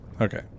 Okay